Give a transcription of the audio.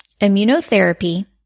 Immunotherapy